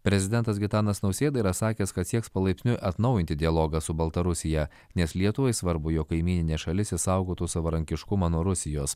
prezidentas gitanas nausėda yra sakęs kad sieks palaipsniui atnaujinti dialogą su baltarusija nes lietuvai svarbu jog kaimyninė šalis išsaugotų savarankiškumą nuo rusijos